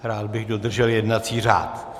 Rád bych dodržel jednací řád.